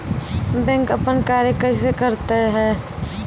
Bank अपन कार्य कैसे करते है?